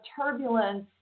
turbulence